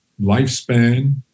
lifespan